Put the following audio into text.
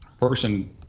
person